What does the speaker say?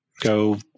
Go